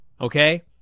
Okay